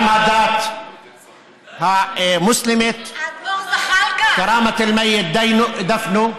גם הדת המוסלמית, אדון זחאלקה,